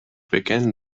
backend